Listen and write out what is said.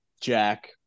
Jack